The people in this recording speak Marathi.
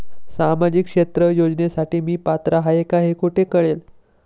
सामाजिक क्षेत्र योजनेसाठी मी पात्र आहे का हे कुठे कळेल?